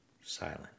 silent